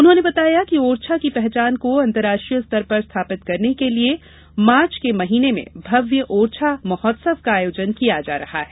उन्होंने बताया कि ओरछा की पहचान को अंतर्राष्ट्रीय स्तर पर स्थापित करने के लिये आगामी मार्च माह में भव्य ओरछा महोत्सव का आयोजन किया जा रहा है